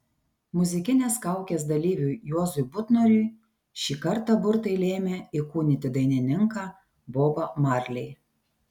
muzikinės kaukės dalyviui juozui butnoriui šį kartą burtai lėmė įkūnyti dainininką bobą marley